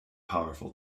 powerful